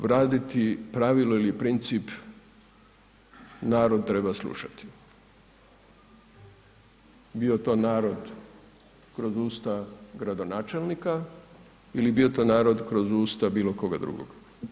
Ukoliko će raditi pravilo ili princip narod treba slušati, bio to narod kroz usta gradonačelnika ili bio to narod kroz usta bilo koga drugog.